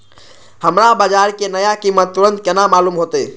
हमरा बाजार के नया कीमत तुरंत केना मालूम होते?